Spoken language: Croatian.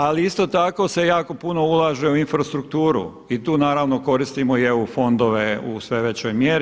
Ali isto tako se jako puno ulaže u infrastrukturu i tu naravno koristimo i EU fondove u sve većoj mjeri.